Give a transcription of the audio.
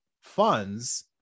funds